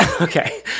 okay